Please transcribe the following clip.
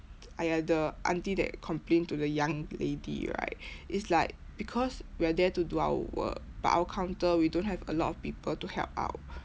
!aiya! the auntie that complain to the young lady right it's like because we are there to do our work but our counter we don't have a lot of people to help out